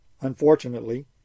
Unfortunately